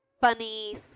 funny